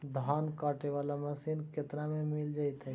धान काटे वाला मशीन केतना में मिल जैतै?